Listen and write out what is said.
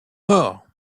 mort